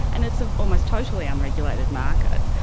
and it's an almost totally unregulated market.